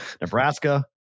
Nebraska